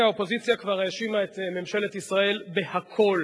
האופוזיציה כבר האשימה את ממשלת ישראל בהכול.